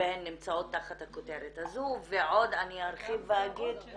והן נמצאות תחת הכותרת הזו ועוד אני ארחיב ואגיד